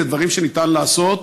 אלה דברים שניתן לעשות.